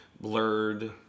blurred